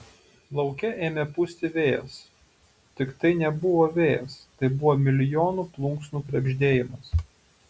lauke ėmė pūsti vėjas tik tai nebuvo vėjas tai buvo milijonų plunksnų krebždėjimas